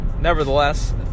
nevertheless